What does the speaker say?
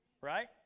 Right